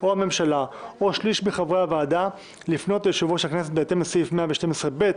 הממשלה או שליש מחברי הוועדה לפנות ליושב-ראש הכנסת בהתאם לסעיף 112(ב)